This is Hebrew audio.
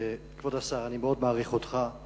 כבוד השר, אני מאוד מעריך אותך,